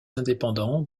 indépendants